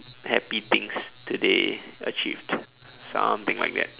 happy things today achieved something like that